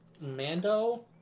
Mando